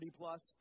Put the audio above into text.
plus